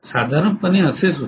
साधारणपणे असेच होते